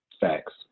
Facts